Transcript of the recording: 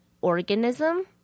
organism